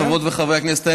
חברות וחברי הכנסת,